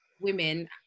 women